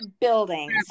buildings